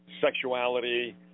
sexuality